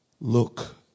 look